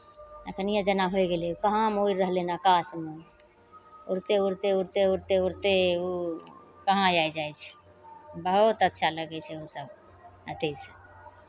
एखनिए जेना होइ गेलै कहाँमे उड़ि रहलै हन आकाशमे उड़िते उड़िते उड़िते उड़िते उड़िते ओ कहाँ आइ जाइ छै बहुत अच्छा लगै छै ओसभ अथि